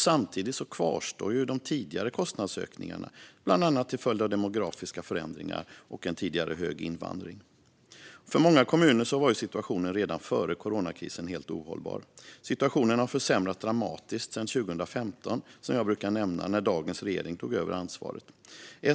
Samtidigt kvarstår de tidigare kostnadsökningarna till följd av bland annat demografiska förändringar och en tidigare hög invandring. För många kommuner var situationen redan före coronakrisen helt ohållbar. Situationen har som jag brukar nämna försämrats dramatiskt sedan 2015, när dagens regering tog över ansvaret.